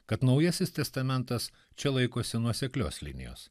kad naujasis testamentas čia laikosi nuoseklios linijos